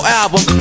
album